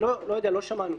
לא יודע, לא שמענו.